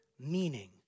meaning